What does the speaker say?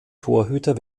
torhüter